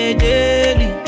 daily